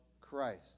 Christ